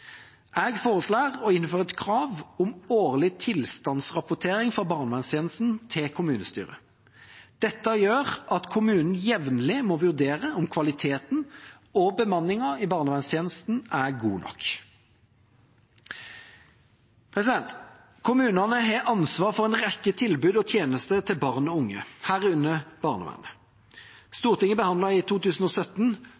Jeg foreslår å innføre et krav om årlig tilstandsrapportering fra barnevernstjenesten til kommunestyret. Dette gjør at kommunen jevnlig må vurdere om kvaliteten og bemanningen i barnevernstjenesten er god nok. Kommunene har ansvar for en rekke tilbud og tjenester til barn og unge, herunder barnevernet.